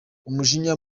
umujinya